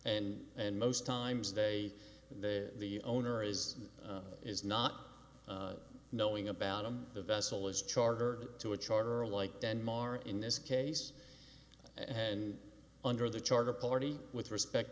and and most times they the owner is is not knowing about them the vessel is charter to a charter like denmark in this case and under the charter party with respect